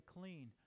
clean